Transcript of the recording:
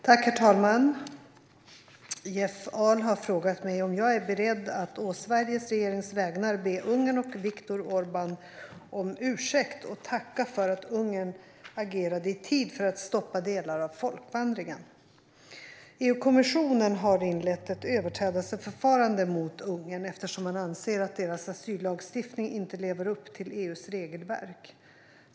Herr talman! Jeff Ahl har frågat mig om jag är beredd att å Sveriges regerings vägnar be Ungern och Viktor Orbán om ursäkt och tacka för att Ungern agerade i tid för att stoppa delar av folkvandringen. EU-kommissionen har inlett ett överträdelseförfarande mot Ungern, eftersom man anser att landets asyllagstiftning inte lever upp till EU:s regelverk.